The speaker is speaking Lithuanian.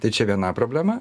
tai čia viena problema